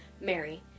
Mary